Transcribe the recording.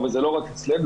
וזה לא רק אצלנו,